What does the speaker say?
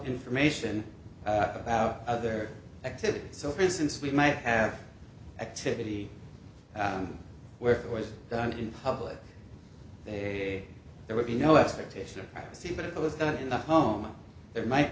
information about other activities so for instance we might have activity where it was done in public a there would be no expectation of privacy but it was done in the home there might